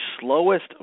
slowest